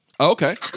Okay